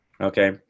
Okay